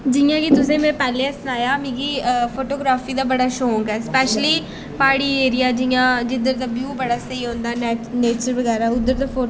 जि'यां कि तुसें गी में पैह्लें गै सनाया मिगी फोटोग्राफरी दा बड़ा शौंक ऐ स्पैशली प्हाड़ी ऐरिया जि'यां जिद्धर दा ब्यू बड़ा स्हेई होंदा नै नेचर बगैरा उद्धर दे फोटो